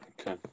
Okay